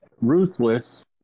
ruthless